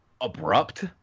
abrupt